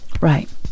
Right